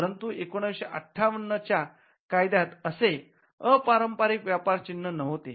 परंतु १९५८ च्या कायद्यात असे अपारंपरिक व्यापार चिन्हे नव्हेते